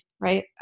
right